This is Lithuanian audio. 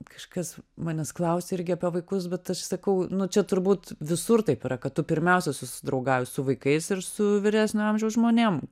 kažkas manęs klausė irgi apie vaikus bet aš sakau nu čia turbūt visur taip yra kad tu pirmiausia susidraugauji su vaikais ir su vyresnio amžiaus žmonėm